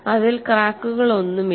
ഇതിൽ ക്രാക്കുകളൊന്നുമില്ല